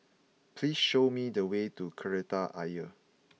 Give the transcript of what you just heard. please show me the way to Kreta Ayer